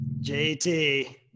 JT